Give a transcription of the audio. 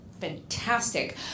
fantastic